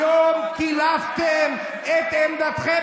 היום קילפתם את עמדתכם.